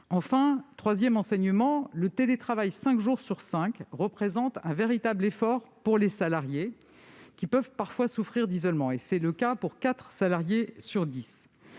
Troisième enseignement : le télétravail cinq jours sur cinq représente un véritable effort pour les salariés, qui peuvent parfois souffrir d'isolement. C'est le cas pour quatre salariés sur dix.